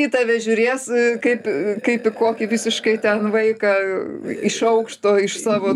į tave žiūrės kaip kaip į kokį visiškai ten vaiką iš aukšto iš savo